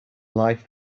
life